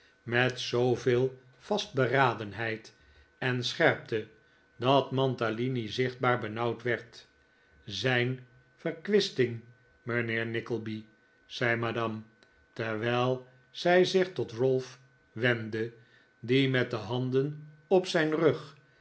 met zooveel vastberadenheid en scherpte dat mantalini zichtbaar benauwd werd zijn verkwisting mijnheer nickleby zei madame terwijl zij zich tot ralph wendde die met de handen op zijn rug